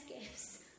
gifts